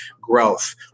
growth